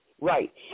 right